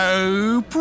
No